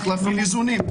יש להפעיל איזונים.